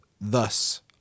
Thus